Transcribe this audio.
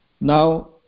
Now